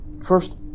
First